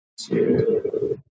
two